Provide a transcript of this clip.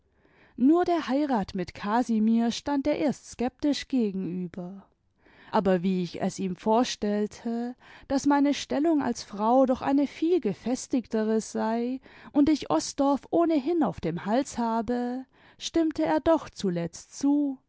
nur der heirat mit casimir stand er erst skeptisch gegenüber aber wie ich es ihm vorstellte daß meine stellung als frau doch eine viel gefestigtere sei und ich osdorff ohnehin auf dem hals habe stimmte er doch zuletzt zu